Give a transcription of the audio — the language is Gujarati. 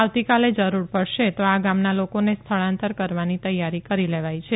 આવતીકાલે જરૂર પડશે તો આ ગામના લોકોને સ્થળાંતર કરવાની તૈયારી કરી લેવાઈ છે